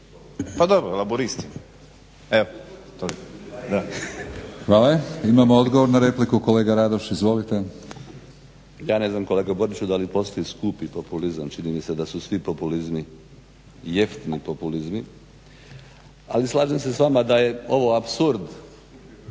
**Batinić, Milorad (HNS)** Hvala. Imamo odgovor na repliku, kolega Radoš izvolite. **Radoš, Jozo (HNS)** Ja ne znam kolega Boriću da li postoji skupi populizam, čini mi se da su svi populizmi jeftini populizmi. Ali slažem se s vama da je ovo apsurd,